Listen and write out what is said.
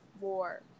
war